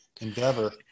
endeavor